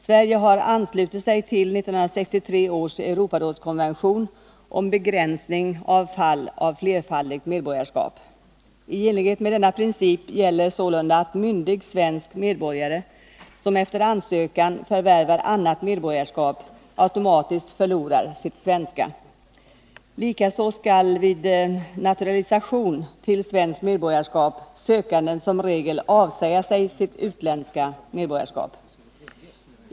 Sverige har anslutit sig till 1963 års Europarådskonvention om begränsning av fall av flerfaldigt medborgarskap. I enlighet med denna princip gäller sålunda att myndig svensk medborgare som efter ansökan förvärvar annat medborgarskap automatiskt förlorar sitt svenska. Likaså skall vid naturalisation till svenskt medborgarskap sökanden som regel avsäga sig sitt utländska medborgarskap.